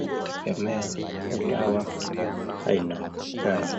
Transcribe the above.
kutegemea ni dawa aina gani.